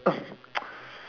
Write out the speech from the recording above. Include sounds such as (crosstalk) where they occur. (coughs) (noise)